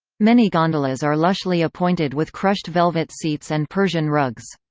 many gondolas are lushly appointed with crushed velvet seats and persian rugs.